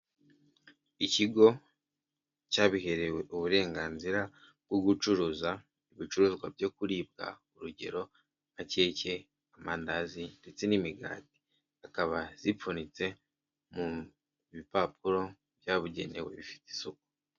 Ikigo cyabiherewe uburenganzira bwo gucuruza ibicuruzwa byo kuribwa urugero nka keke, amandazi ndetse n'imigati akaba zipfunyitse mu bipapuro byabugenewe bifite isuku.